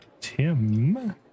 Tim